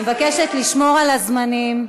אני מבקשת לשמור על הזמנים.